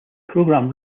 program